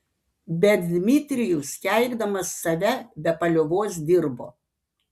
bet dmitrijus keikdamas save be paliovos dirbo